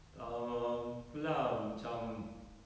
um itu lah macam